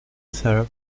served